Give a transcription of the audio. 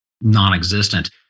non-existent